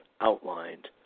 outlined